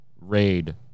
raid